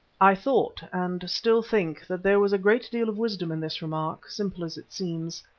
i thought, and still think, that there was a great deal of wisdom in this remark, simple as it seems.